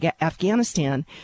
Afghanistan